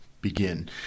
begin